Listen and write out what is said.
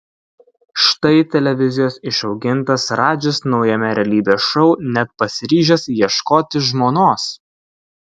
štai televizijos išaugintas radžis naujame realybės šou net pasiryžęs ieškoti žmonos